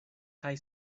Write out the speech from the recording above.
kaj